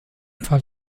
fall